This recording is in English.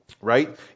Right